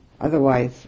Otherwise